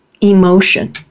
emotion